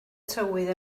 tywydd